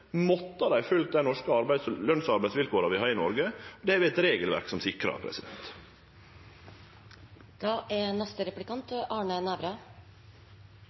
måtte dei ha følgt dei løns- og arbeidsvilkåra vi har i Noreg. Det har vi eit regelverk som sikrar.